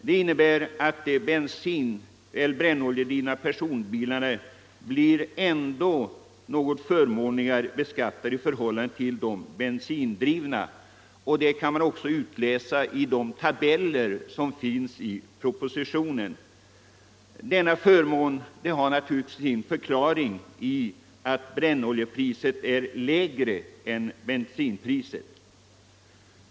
Det innebär att de brännoljedrivna personbilarna ändå blir något förmånligare beskattade än de bensindrivna, och det kan man också läsa ut av de tabeller som finns i propositionen. Denna förmån har naturligtvis sin förklaring i att brännoljepriset är lägre än bensinpriset.